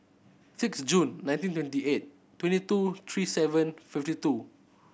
six June nineteen twenty eight twenty two three seven fifty two